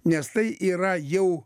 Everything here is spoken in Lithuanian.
nes tai yra jau